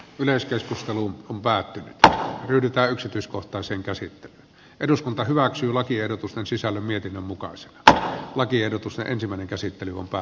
yleiskeskusteluun päätynyttä ryhdytä yksityiskohtaisen käsittelyn eduskunta hyväksyy lakiehdotusten sisällön mietinnön mukaan se että lakiehdotus on tehty